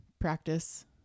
practice